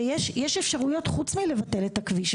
ויש אפשרויות חוץ מלבטל את הכביש,